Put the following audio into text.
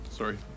Sorry